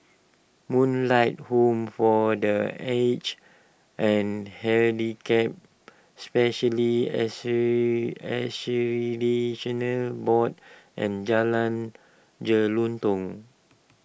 Moonlight Home for the Aged and Handicapped Specialists Board and Jalan Jelutong